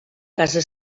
casa